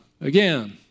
again